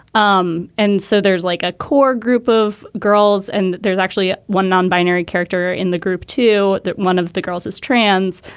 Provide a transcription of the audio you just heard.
um and so there's like a core group of girls and there's actually one non binary character in the group to that one of the girls is trans.